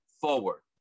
forward